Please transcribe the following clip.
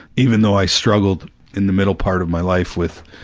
even though i struggled in the middle part of my life with,